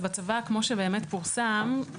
כולה מדובר ב-20 מיליון שקל.